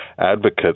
advocates